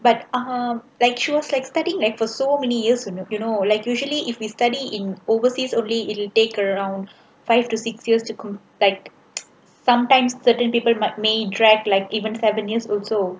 but um like she was like studying like for so many years you know like usually if we study in overseas only it'll take around five to six years to come back sometimes certian people might may drag like even seven years also